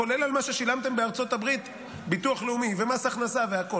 כולל על מה ששילמתם בארצות הברית ביטוח לאומי ומס הכנסה והכול.